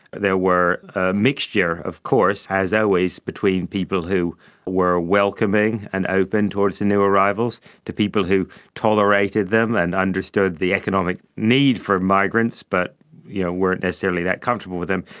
there were a mixture of course, as always, between people who were welcoming and open towards the new arrivals, to people who tolerated them and understood the economic need for migrants but you know weren't necessarily that comfortable with them,